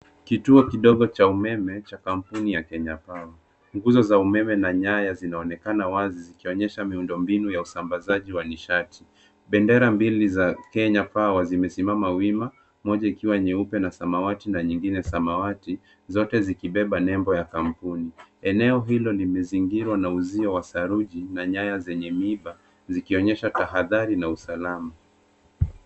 Kituo kidogo cha umeme cha kampuni ya Kenya power. Nguzo za umeme na nyaya zinaonekana wazi zikionyesha miundo mbinu za usambazaji wa nishati. Bendera mbili za Kenya power zimesimama wima moja ikiwa nyeupe na samawati na nyingine samawati zote zikibeba nembo ya kampuni. Eneo hilo limezingirwa na uzio wa saruji na nyaya zenye miba zikionyesha tahadhari na usalama.